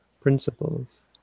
principles